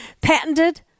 patented